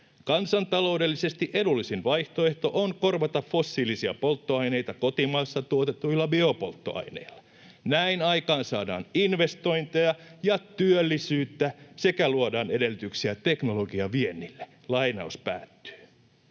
”Kansantaloudellisesti edullisin vaihtoehto on korvata fossiilisia polttoaineita kotimaassa tuotetuilla biopolttoaineilla. Näin aikaansaadaan investointeja ja työllisyyttä sekä luodaan edellytyksiä teknologiaviennille.” Tähän